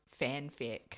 fanfic